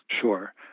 Sure